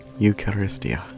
Eucharistia